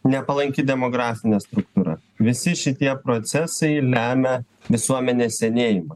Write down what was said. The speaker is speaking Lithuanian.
nepalanki demografinė struktūra visi šitie procesai lemia visuomenės senėjimą